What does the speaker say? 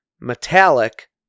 metallic